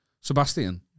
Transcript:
sebastian